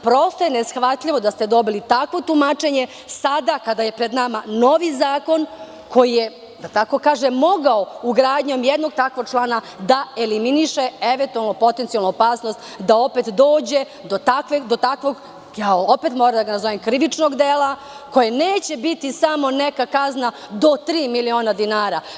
Prosto je neshvatljivo da ste dobili takvo tumačenje sada kada je pred nama novi zakon koji je, da tako kažem, mogao ugradnjom jednog takvog člana da eliminiše eventualno potencijalnu opasnost da opet dođe do takvog, opet moram da ga nazovem krivičnog dela, koje neće biti samo neka kazna do tri miliona dinara.